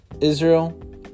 Israel